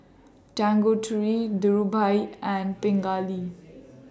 Tanguturi Dhirubhai and Pingali